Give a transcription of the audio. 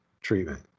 treatment